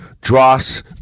dross